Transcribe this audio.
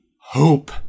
hope